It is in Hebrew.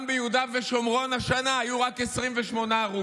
גם ביהודה ושומרון השנה היו 28 הרוגים.